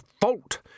fault